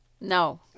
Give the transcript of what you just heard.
No